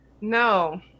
No